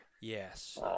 Yes